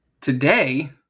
Today